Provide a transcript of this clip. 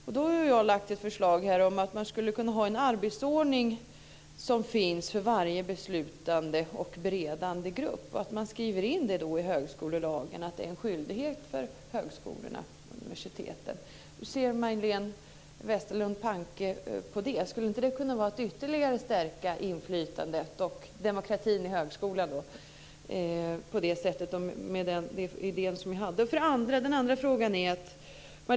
Jag har lagt fram ett förslag om att man skulle kunna ha en arbetsordning som finns för varje beslutande och beredande grupp och att man skriver in i högskolelagen att det är en skyldighet för högskolorna och universiteten. Hur ser Majléne Westerlund Panke på det? Skulle inte det kunna vara ett sätt att ytterligare stärka inflytandet och demokratin i högskolan med den idé jag hade? Sedan till den andra frågan.